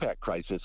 crisis